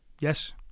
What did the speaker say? Yes